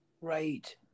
right